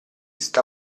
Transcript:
sta